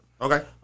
Okay